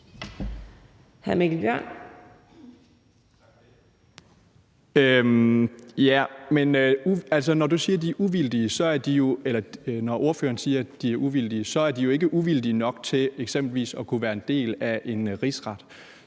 Når ordføreren siger, at de er uvildige, er de jo ikke uvildige nok til eksempelvis at kunne være en del af en rigsret.